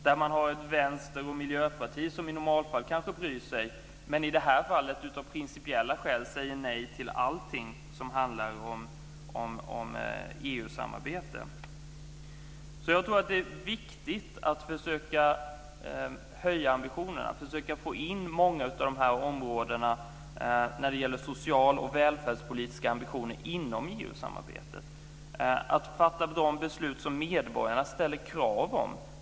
Det finns en vänster och ett miljöparti som i normalfallet kanske bryr sig, men som i det här fallet, av principiella skäl, säger nej till allt som handlar om EU-samarbete. Jag tror att det är viktigt att försöka höja ambitionerna och försöka få in många av de här sociala och välfärdspolitiska frågorna inom EU-samarbetet. Det handlar om att fatta de beslut som medborgarna ställer krav på.